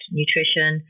nutrition